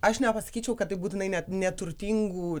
aš nepasakyčiau kad tai būtinai net neturtingų